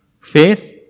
face